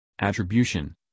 attribution